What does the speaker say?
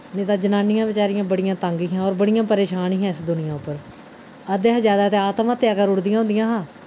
निं तां जनानियां बचारियां बड़ियां तंग हियां और बड़ियां परेशान हियां इस दुनिया उप्पर अद्दे शा जैदा ते आत्महत्या करी ओड़दियां होन्दियां हां